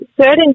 certain